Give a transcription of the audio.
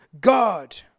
God